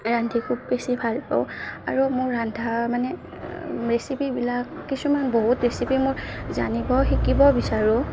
ৰান্ধি খুব বেছি ভাল পাওঁ আৰু মোৰ ৰন্ধা মানে ৰেচিপিবিলাক কিছুমান বহুত ৰেচিপি মোৰ জানিব শিকিব বিচাৰোঁ